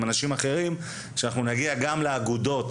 עם אנשים אחרים שאנחנו נגיע גם לאגודות,